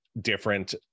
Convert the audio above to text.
different